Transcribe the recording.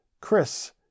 Chris